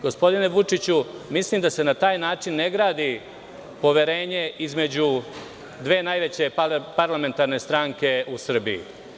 Gospodine Vučiću, mislim da se na taj način, ne gradi poverenje između dve najveće parlamentarne stranke u Srbiji.